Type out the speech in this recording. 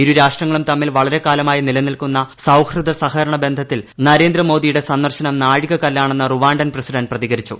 ഇരു രാഷ്ട്രങ്ങളും തമ്മിൽ വളരെക്കാലമായി നിലനിൽക്കുന്ന സൌഹൃദ സഹകരണ ബന്ധത്തിൽ നരേന്ദ്രമോദിയുടെ സന്ദർശനം നാഴികക്കല്ലാണെന്ന് റുവാ ൻ പ്രസിഡന്റ് പ്രതികരിച്ചു